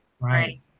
Right